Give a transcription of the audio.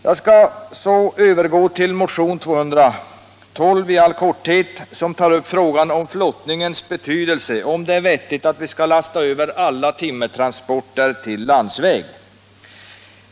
Jag skall sedan i all korthet övergå till motionen 212 som tar upp frågan om flottningens betydelse och frågan om det är vettigt att lasta över alla timmertransporter till landsväg.